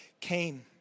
came